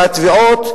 והתביעות,